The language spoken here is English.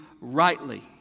rightly